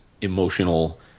emotional